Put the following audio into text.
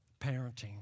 parenting